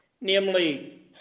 namely